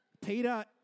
Peter